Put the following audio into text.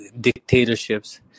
dictatorships